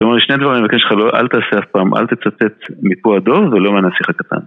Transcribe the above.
זאת אומרת שני דברים אני מבקש ממך, אל תעשה אף פעם: אל תצטט מפו הדב, ולא מנסיך הקטן